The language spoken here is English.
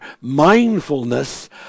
mindfulness